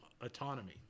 autonomy